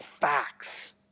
facts